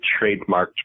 trademarked